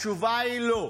התשובה היא לא.